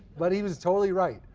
but he was totally right.